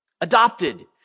Adopted